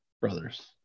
brothers